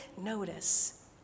notice